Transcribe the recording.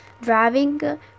driving